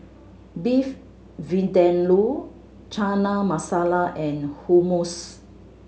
Beef Vindaloo Chana Masala and Hummus